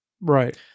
Right